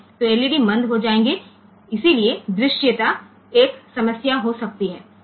तो एलईडी मंद हो जाएगा इसलिए दृश्यता एक समस्या हो सकती है